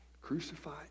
crucified